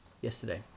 yesterday